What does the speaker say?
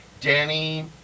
Danny